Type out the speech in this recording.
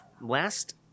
last